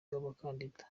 rw’abakandida